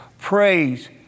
praise